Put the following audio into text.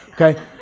Okay